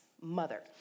mother